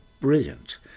brilliant